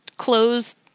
close